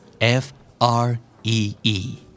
F-R-E-E